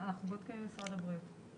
אנחנו בודקים עם משרד הבריאות.